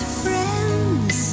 friends